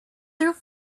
through